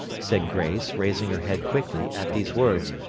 said grace, raising her head quickly at these words.